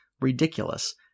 ridiculous